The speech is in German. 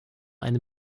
eine